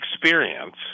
experience